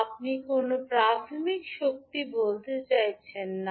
আপনি কোনও প্রাথমিক শক্তি বলতে চাইছেন না